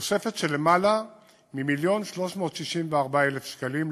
תוספות של יותר ממיליון ו-364,000 שקלים לשנה.